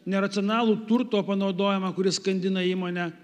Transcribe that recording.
neracionalų turto panaudojimą kuris skandina įmonę